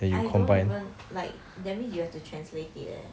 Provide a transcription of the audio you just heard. I don't even like that means you have to translate it leh